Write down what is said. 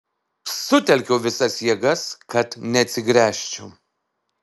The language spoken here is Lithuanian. sutelkiau visas jėgas kad neatsigręžčiau